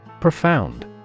Profound